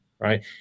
Right